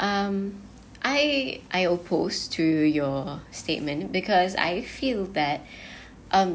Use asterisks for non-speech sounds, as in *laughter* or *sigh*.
um I I opposed to your statement because I feel that *breath* um